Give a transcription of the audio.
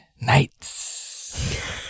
Nights